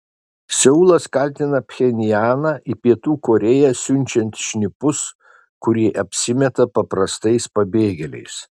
seulas kaltina pchenjaną į pietų korėją siunčiant šnipus kurie apsimeta paprastais pabėgėliais